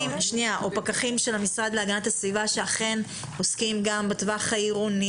פקחים של המשרד להגנת הסביבה שאכן עוסקים גם בטווח העירוני